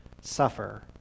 suffer